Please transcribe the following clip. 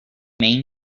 main